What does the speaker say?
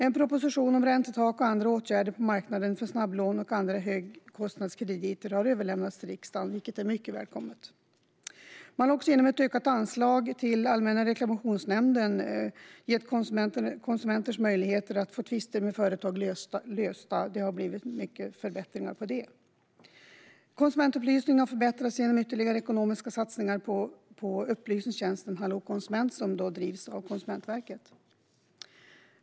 En proposition om räntetak och andra åtgärder på marknaden för snabblån och andra högkostnadskrediter har överlämnats till riksdagen, vilket är mycket välkommet. Man har genom ett ökat anslag till Allmänna reklamationsnämnden gjort många förbättringar för konsumenters möjligheter att få tvister med företag lösta. Konsumentupplysningen har förbättrats genom ytterligare ekonomiska satsningar på upplysningstjänsten Hallå konsument, som drivs av Konsumentverket.